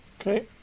Okay